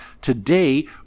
Today